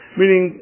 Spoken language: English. meaning